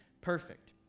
perfect